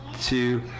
two